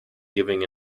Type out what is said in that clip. giving